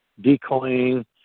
decoying